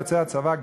יוצא הצבא,